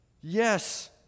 Yes